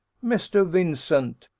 mr. vincent,